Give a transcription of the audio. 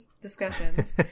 discussions